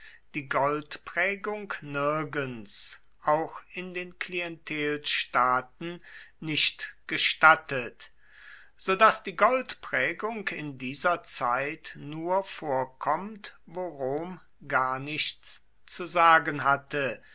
die goldprägung nirgends auch in den klientelstaaten nicht gestattet so daß die goldprägung in dieser zeit nur vorkommt wo rom gar nichts zu sagen hatte